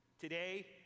today